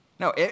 No